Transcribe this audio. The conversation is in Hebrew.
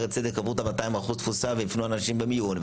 שערי צדק עברו את ה-200% תפוסה והפנו אנשים ממיון.